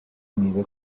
میوه